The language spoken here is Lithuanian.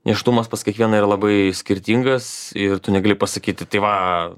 nėštumas pas kiekvieną yra labai skirtingas ir tu negali pasakyti tai va